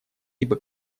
ибо